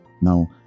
Now